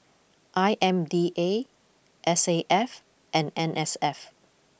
I M D A S A F and N S F